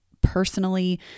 Personally